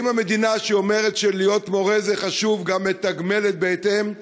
האם המדינה שאומרת שלהיות מורה זה חשוב גם מתגמלת בהתאם?